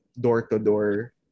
door-to-door